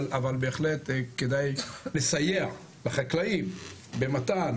אבל בהחלט כדאי לסייע לחקלאים במתן